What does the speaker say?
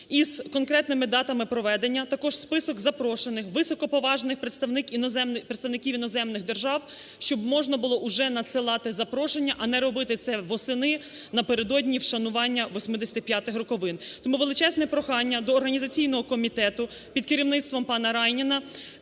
із конкретними датами проведення, а також список запрошених високоповажних представників іноземних держав, щоб можна було уже надсилати запрошення, а не робити це восени напередодні вшанування 85-х роковин. Тому величезне прохання до організаційного комітету під керівництво панаРайніна